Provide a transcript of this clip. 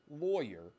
lawyer